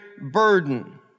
burden